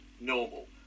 normal